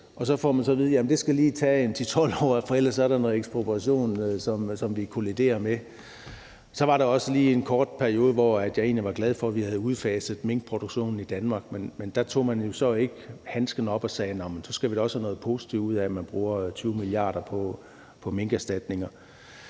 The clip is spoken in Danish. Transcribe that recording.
Men så får man at vide, at det lige vil tage 10-12 år, for ellers er der noget med ekspropriation, som det kolliderer med. Så var der også lige en kort periode, hvor jeg egentlig var glad for, at vi havde udfaset minkproduktionen i Danmark. Men der tog man jo så ikke handsken op og sagde, at så skal vi da også have noget positivt ud af, at man bruger 20 mia. kr. på minkerstatninger.